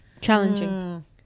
Challenging